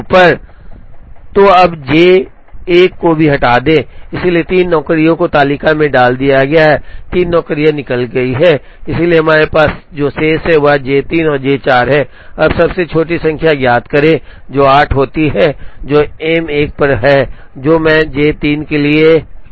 तो अब J 1 को भी हटा दें इसलिए 3 नौकरियों को तालिका में डाल दिया गया है 3 नौकरियां निकल गई हैं इसलिए हमारे पास जो शेष हैं वह J 3 और J 4 हैं अब सबसे छोटी संख्या ज्ञात करें जो 8 होती है जो M 1 पर है जो मैं J 3 के लिए और साथ ही यह J 4 के लिए है